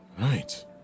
Right